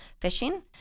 fishing